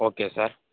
okay sir